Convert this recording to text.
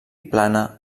plana